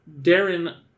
Darren